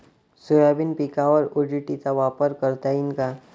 Soybean पिकावर ODT चा वापर करता येईन का?